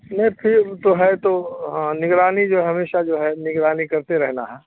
نہیں پھر تو ہے تو ہاں نگرانی جو ہمیشہ جو ہے نگرانی کرتے رہنا ہے